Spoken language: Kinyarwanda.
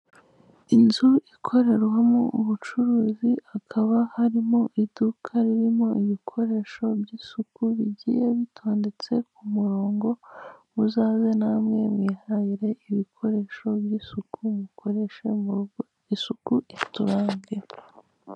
Inzu ikorerwamo ubucuruzi, hakaba harimo iduka ririmo ibikoresho by'isuki bigiye bitondetse ku murongo. Muzaze namwe mwihahire ibikoresho mukoresha mu rugo. Isuku iturange.